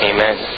Amen